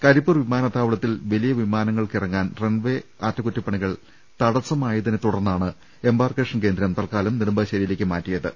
കരിപ്പൂർ വിമാനത്താവളത്തിൽ വലിയ വിമാനങ്ങൾക്ക് ഇറങ്ങാൻ റൺവേ അറ്റകുറ്റപ്പണികൾ തടസ്സമായതിനെ തുടർന്നാണ് എംബാർക്കേഷൻ കേന്ദ്രം തത്ക്കാലം നെടുമ്പാശ്ശേരിയിലേക്ക് മാറ്റിയത്